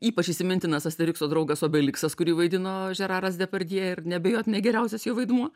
ypač įsimintinas asterikso draugas obeliksas kurį vaidino žeraras depardjė ir neabejotinai geriausias jo vaidmuo